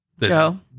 Joe